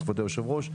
כבוד היושב-ראש,